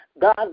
God